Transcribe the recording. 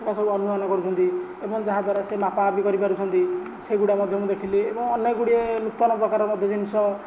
ଏଗୁଡ଼ା ସବୁ ଅନୁମାନ କରୁଛନ୍ତି ଯାହା ଦ୍ଵାରା ସେ ମପାମପି କରିପାରୁଛନ୍ତି ସେଇଗୁଡ଼ା ମଧ୍ୟ ମୁଁ ଦେଖିଲି ଏବଂ ଅନ୍ୟକଗୁଡ଼ିଏ ନୂତନ ପ୍ରକାର ମଧ୍ୟ ଜିନିଷ